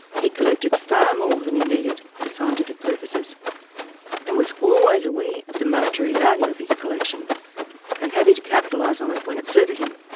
he collected far more than he needed for scientific purposes and was always aware of the monetary value of his collection and happy to capitalise on it when it suited him.